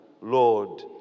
Lord